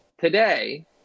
today